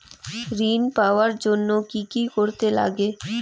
ঋণ পাওয়ার জন্য কি কি করতে লাগে?